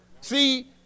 See